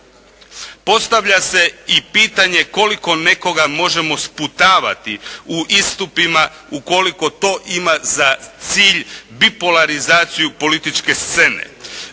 Postavlja se i pitanje koliko nekoga možemo sputavati u istupima ukoliko to ima za cilj bipolarizaciju političke scene.